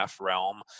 realm